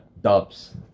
Dubs